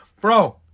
Bro